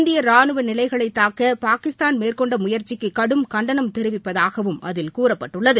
இந்திய ராணுவ நிலைகளை தாக்க பாகிஸ்தான் மேற்கொண்ட முயற்சிக்கு கடும் கண்டனம் தெரிவிப்பதாகவும் அதில் கூறப்பட்டுள்ளது